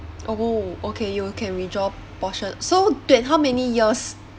oh okay you can withdraw portion so twen~ how many years